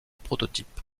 prototypes